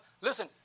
listen